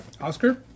Oscar